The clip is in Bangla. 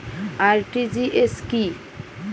আর.টি.জি.এস কি?